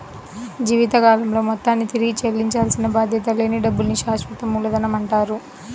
జీవితకాలంలో మొత్తాన్ని తిరిగి చెల్లించాల్సిన బాధ్యత లేని డబ్బుల్ని శాశ్వత మూలధనమంటారు